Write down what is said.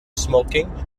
smoking